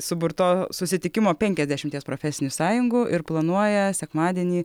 suburto susitikimo penkiasdešimties profesinių sąjungų ir planuoja sekmadienį